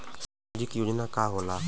सामाजिक योजना का होला?